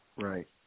Right